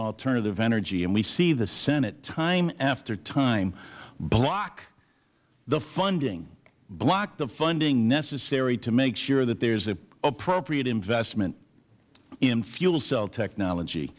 alternative energy and we see the senate time after time block the funding block the funding necessary to make sure there is an appropriate investment in fuel cell technology